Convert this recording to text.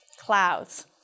Clouds